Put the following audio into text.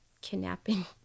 Kidnapping